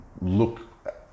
look